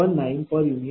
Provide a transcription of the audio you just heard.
u